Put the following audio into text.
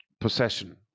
possession